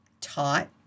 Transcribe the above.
taught